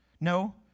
No